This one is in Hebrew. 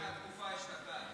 פי שניים מהתקופה אשתקד.